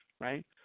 right